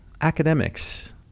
academics